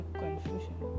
confusion